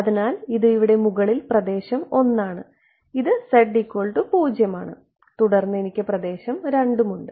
അതിനാൽ ഇത് ഇവിടെ മുകളിൽ പ്രദേശം 1 ആണ് ഇത് z 0 ആണ് തുടർന്ന് എനിക്ക് പ്രദേശം 2 ഉണ്ട്